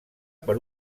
per